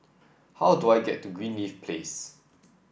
how do I get to Greenleaf Place